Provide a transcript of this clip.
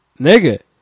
nigga